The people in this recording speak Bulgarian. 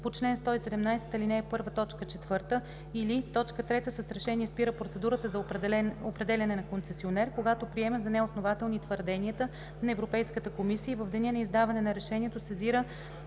по чл. 117, ал. 1, т. 4, или 3. с решение спира процедурата за определяне на концесионер, когато приеме за неоснователни твърденията на Европейската комисия и в деня на издаване на решението сезира